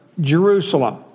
Jerusalem